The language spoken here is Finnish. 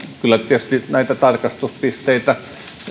kyllä tietysti näitä tarkastuspisteitä